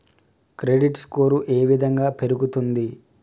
Credit score ఏ విధంగా పెరుగుతుంది?